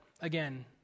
again